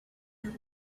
your